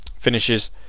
finishes